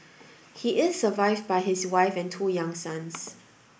he is survived by his wife and two young sons